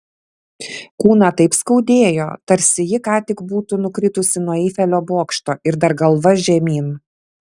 kūną taip skaudėjo tarsi ji ką tik būtų nukritusi nuo eifelio bokšto ir dar galva žemyn